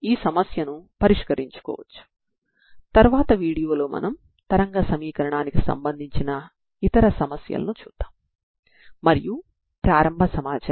అందులో ఒకటి సజాతీయ సమీకరణానికి డిఅలెమ్బెర్ట్ పరిష్కారాన్ని కనుగొనడం అది మనకు ఇప్పటికే తెలుసు